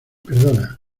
perdona